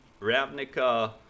Ravnica